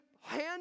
hand